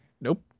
Nope